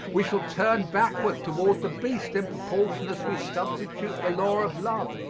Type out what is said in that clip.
we shall turn backward toward the beast in proportion as we substitute the law of love.